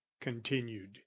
continued